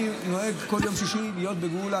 אני נוהג בכל יום שישי להיות בגאולה,